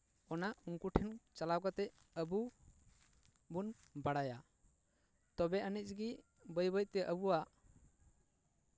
ᱚᱱᱟ ᱩᱱᱠᱩ ᱴᱷᱮᱱ ᱪᱟᱞᱟᱣ ᱠᱟᱛᱮᱜ ᱟᱵᱚ ᱵᱚᱱ ᱵᱟᱲᱟᱭᱟ ᱛᱚᱵᱮ ᱟᱹᱱᱤᱡ ᱜᱮ ᱵᱟᱹᱭᱼᱵᱟᱹᱭᱛᱮ ᱟᱵᱚᱣᱟᱜ